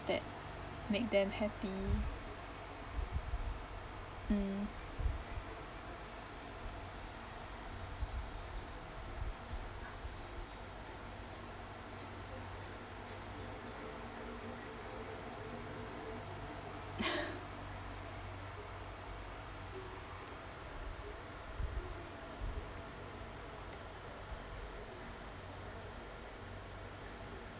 that make them happy mm